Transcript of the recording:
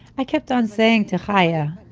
i kept on saying to chaya,